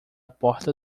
porta